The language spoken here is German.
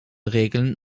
regeln